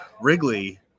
Wrigley